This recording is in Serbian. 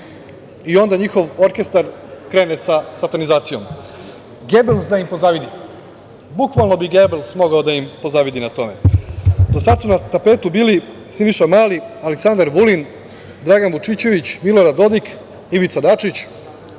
i onda njihov orkestar krene sa satanizacijom. Gebels da im pozavidi, bukvalno bi Gebels mogao da im pozavidi na tome. Do sada su na tapetu bili Siniša Mali, Aleksandar Vulin, Dragan Vučićević, Milorad Dodik, Ivica Dačić